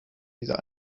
dieser